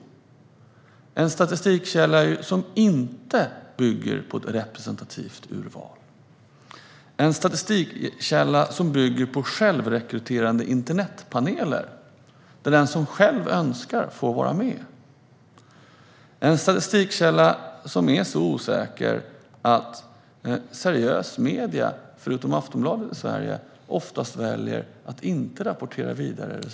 Detta är en statistikkälla som inte bygger på ett representativt urval utan på självrekryterade internetpaneler. Den som själv så önskar får vara med. Den här statistikkällan är så osäker att seriösa medier i Sverige, förutom Aftonbladet, oftast väljer att inte rapportera resultaten vidare.